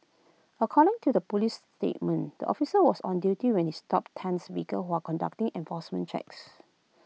according to A Police statement the officer was on duty when he stopped Tan's vehicle while conducting enforcement checks